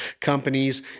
companies